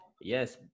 Yes